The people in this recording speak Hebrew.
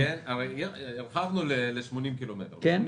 האם אפשר להסמיך את שר האוצר בעניין הזה?